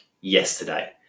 yesterday